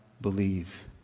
believe